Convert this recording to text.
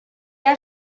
are